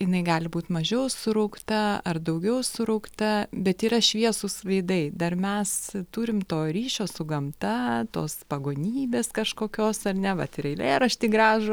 jinai gali būt mažiau suraukta ar daugiau suraukta bet yra šviesūs veidai dar mes turim to ryšio su gamta tos pagonybės kažkokios ar ne vat ir eilėraštį gražų